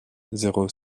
zéro